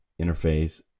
interface